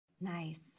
nice